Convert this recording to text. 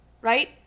Right